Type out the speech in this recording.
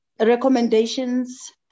recommendations